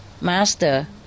master